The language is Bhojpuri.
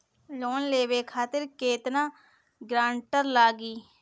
लोन लेवे खातिर केतना ग्रानटर लागी?